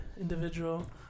individual